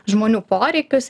žmonių poreikius